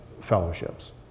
fellowships